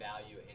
value